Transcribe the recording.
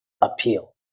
appeal